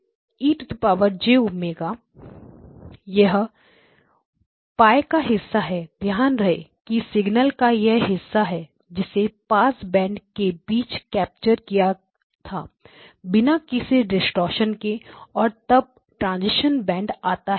X0 e j ω यह π का हिस्सा है ध्यान रहे कि सिग्नल का यह हिस्सा है जिसे पासबैंड के बीच कैप्चर किया था बिना किसी डिस्ट्रक्शन के और तब ट्रांजीशन बैंड आता है